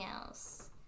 else